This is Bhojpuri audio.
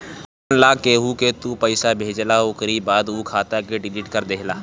मान लअ केहू के तू पईसा भेजला ओकरी बाद उ खाता के डिलीट कर देहला